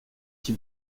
qui